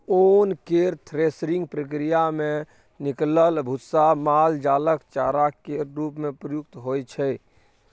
ओन केर थ्रेसिंग प्रक्रिया मे निकलल भुस्सा माल जालक चारा केर रूप मे प्रयुक्त होइ छै